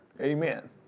Amen